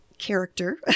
Character